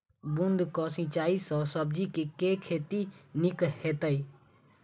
बूंद कऽ सिंचाई सँ सब्जी केँ के खेती नीक हेतइ?